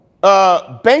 Bank